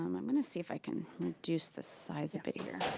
um i'm gonna see if i can reduce the size a bit here.